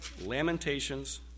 Lamentations